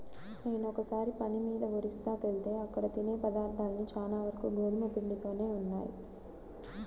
నేనొకసారి పని మీద ఒరిస్సాకెళ్తే అక్కడ తినే పదార్థాలన్నీ చానా వరకు గోధుమ పిండితోనే ఉన్నయ్